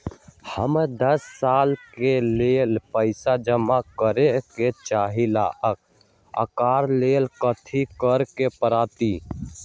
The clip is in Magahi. हम दस साल के लेल पैसा जमा करे के चाहईले, ओकरा ला कथि करे के परत?